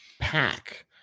pack